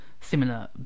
similar